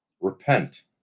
Repent